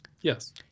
Yes